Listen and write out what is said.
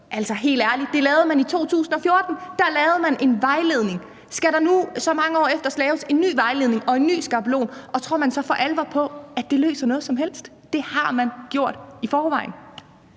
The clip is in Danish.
Altså, helt ærligt, det lavede man i 2014; der lavede man en vejledning. Skal der nu, så mange år efter, laves en ny vejledning og en ny skabelon, og tror man så for alvor på, at det løser noget som helst? Det har man gjort i forvejen.